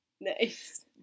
Nice